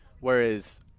Whereas